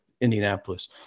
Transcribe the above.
Indianapolis